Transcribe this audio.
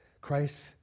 Christ